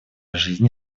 жизни